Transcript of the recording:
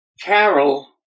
Carol